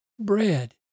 Bread